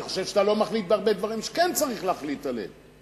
אני חושב שאתה לא מחליט בהרבה דברים שכן צריך להחליט עליהם.